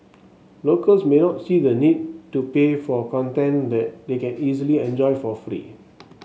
locals may not see the need to pay for content that they can easily enjoy for free